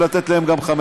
ולתת להם גם 5?